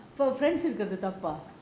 for friend இருக்கறது தப்பா:irukarathu thappa